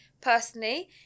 personally